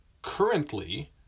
Currently